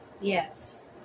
Yes